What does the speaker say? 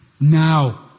Now